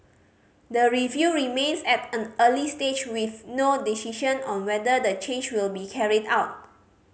the review remains at an early stage with no decision on whether the change will be carried out